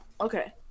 okay